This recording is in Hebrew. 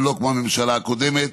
ולא כמו הממשלה הקודמת.